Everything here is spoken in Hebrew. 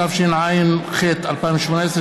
התשע"ח 2018,